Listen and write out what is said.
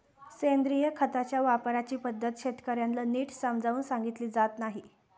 सेंद्रिय खताच्या वापराची पद्धत शेतकर्यांना नीट समजावून सांगितली जात नाही